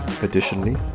Additionally